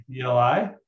DLI